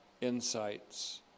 insights